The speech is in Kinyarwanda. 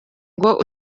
ngo